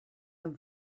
amb